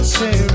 say